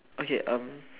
okay um